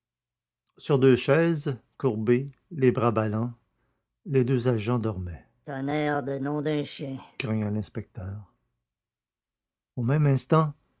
sur deux chaises courbés les bras ballants les deux agents dormaient tonnerre de nom d'un chien grogna l'inspecteur au même instant